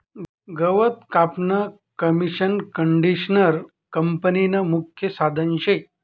गवत कापानं मशीनकंडिशनर कापनीनं मुख्य साधन शे